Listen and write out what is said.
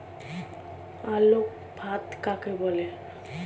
আলোক ফাঁদ কাকে বলে?